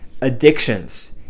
addictions